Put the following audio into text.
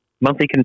monthly